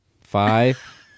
five